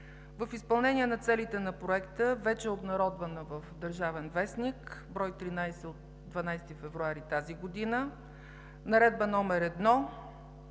В изпълнение на целите на Проекта вече е обнародвана в „Държавен вестник“, бр. 13 от 12 февруари тази година, Наредба № 1